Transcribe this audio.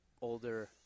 older